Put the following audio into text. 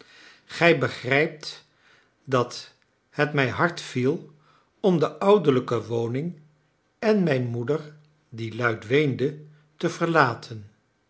gij begrijpt dat het mij hard viel om de ouderlijke woning en mijn moeder die luid weende te verlaten